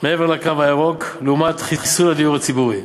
מעבר לקו הירוק לעומת חיסול הדיור הציבורי.